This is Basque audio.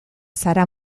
zara